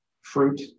fruit